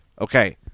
okay